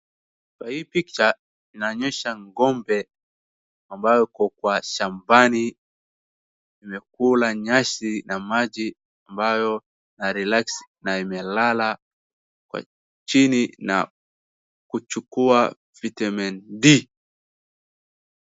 Picha inaonyesha ng'ombe ambayo iko shambani imekula nyasi na maji ambayo ina relax na imelala chini na kuchukua vitamin D.